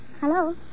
Hello